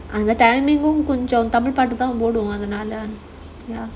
அந்த:andha timing கொஞ்சம் கம்மி பண்ணிட்டு தான் போடுவேன் அதனால:konjam kammi pannituthaan poduvaan adhanaala ya